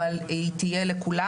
אבל היא לכולם.